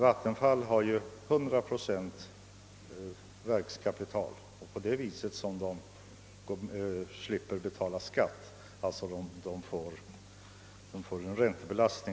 Vattenfall har ju närmare 100 procent verkskapital vilket belastar omkostnaderna i deras helhet och därför minskar skatten.